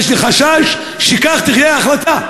יש לי חשש שכך תהיה ההחלטה.